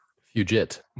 Fugit